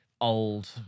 Old